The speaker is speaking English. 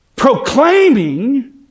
proclaiming